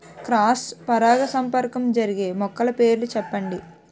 Cross పరాగసంపర్కం జరిగే మొక్కల పేర్లు చెప్పండి?